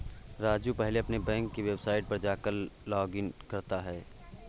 राजू पहले अपने बैंक के वेबसाइट पर जाकर लॉगइन करता है